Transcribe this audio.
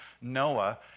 Noah